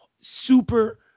super